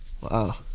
Wow